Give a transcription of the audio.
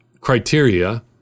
criteria